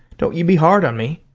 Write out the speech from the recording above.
don't you be hard on me.